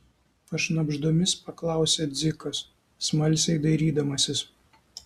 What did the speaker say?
pašnabždomis paklausė dzikas smalsiai dairydamasis